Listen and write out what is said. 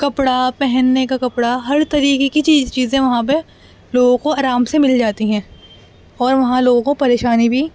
کپڑا پہننے کا کپڑا ہر طریقے کی چیز چیزیں وہاں پہ لوگوں کو آرام سے مل جاتی ہیں اور وہاں لوگوں کو پریشانی بھی